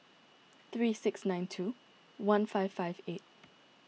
three six nine two one five five eight